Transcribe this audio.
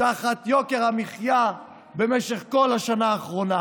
תחת יוקר המחיה במשך כל השנה האחרונה: